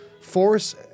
Force